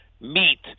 meet